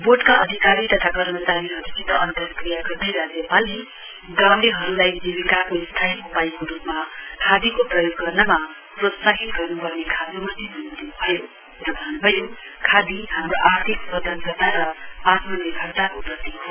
बोर्डका अधिकारी तथा कर्मचारीहरूसित अन्तरक्रिया गर्दै राज्यपालले गाउँलेहरूलाई जीविकोको स्थाई उपायको रूपमा खादीको प्रयोग गर्नमा प्रोत्साहित गर्न्पर्ने खाँचोमाथि जोड दिन्भयो र भन्नुभयो खादी हाम्रो आर्थिक स्वतन्त्रता र आत्मनिर्भरताको प्रतीक हो